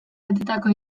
betetako